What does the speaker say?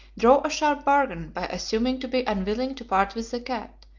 drove a sharp bargain by assuming to be unwilling to part with the cat,